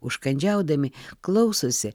užkandžiaudami klausosi